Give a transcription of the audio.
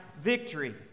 victory